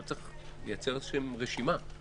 אבל צריך לייצר איזושהי רשימה.